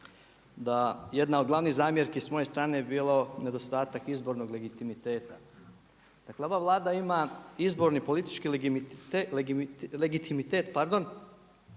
da jedna od glavnih zamjerki s moje strane bi bilo nedostatak izbornog legitimiteta. Dakle, ova Vlada ima izborni politički legitimitet